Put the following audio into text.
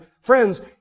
Friends